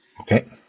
Okay